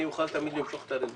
אני תמיד אוכל למשוך את הרביזיה.